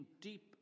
deep